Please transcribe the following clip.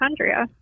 mitochondria